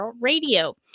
Radio